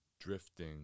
drifting